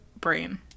brain